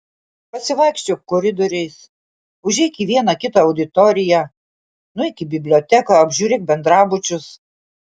pasivaikščiok koridoriais užeik į vieną kitą auditoriją nueik į biblioteką apžiūrėk bendrabučius